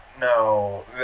No